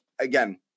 again